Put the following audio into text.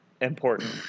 important